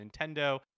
Nintendo